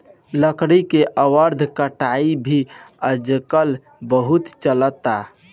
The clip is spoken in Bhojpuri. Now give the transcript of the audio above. लकड़ी के अवैध कटाई भी आजकल बहुत चलता